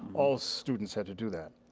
all students had to do that.